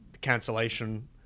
cancellation